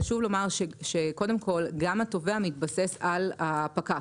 חשוב לומר שגם התובע מתבסס על הפקח,